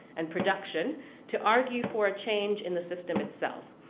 and production to argue for a change in the system itself?